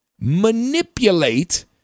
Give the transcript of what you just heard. manipulate